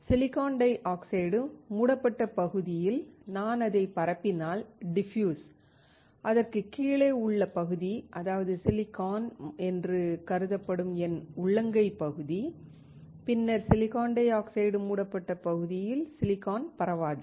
silicon dioxide மூடப்பட்ட பகுதியில் நான் அதைப் பரப்பினால் அதற்குக் கீழே உள்ள பகுதி அதாவது சிலிக்கான் என்று கருதப்படும் என் உள்ளங்கை பகுதி பின்னர் சிலிக்கான் டை ஆக்சைடு மூடப்பட்ட பகுதியில் சிலிக்கான் பரவாது